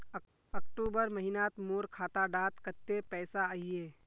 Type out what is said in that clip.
अक्टूबर महीनात मोर खाता डात कत्ते पैसा अहिये?